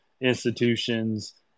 institutions